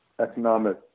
economic